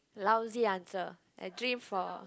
lousy answer I dream for